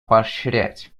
поощрять